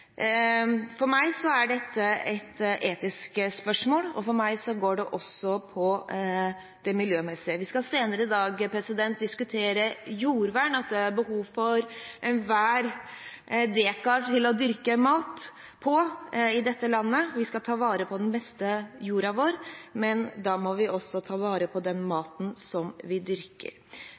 For meg er dette et etisk spørsmål, og for meg handler det også om det miljømessige. Vi skal senere i dag diskutere jordvern. Det er behov for hvert et dekar til å dyrke mat på i dette landet. Vi skal ta vare på den beste jorda vår, men da må vi også ta vare på den maten vi dyrker.